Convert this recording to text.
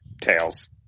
tails